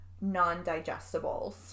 non-digestibles